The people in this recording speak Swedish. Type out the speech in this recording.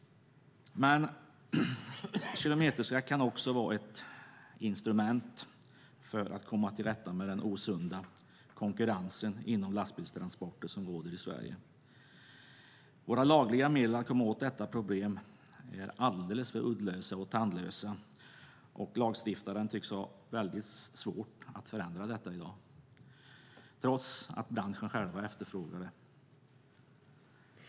En kilometerskatt kan dessutom vara ett instrument för att komma till rätta med den osunda konkurrensen i fråga om lastbilstransporter genom Sverige. Våra lagliga medel för att komma åt detta problem är alldeles för tandlösa, och lagstiftaren tycks ha väldigt svårt att förändra detta i dag, trots att man inom branschen efterfrågar det.